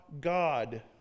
God